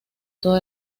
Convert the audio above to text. todo